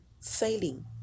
failing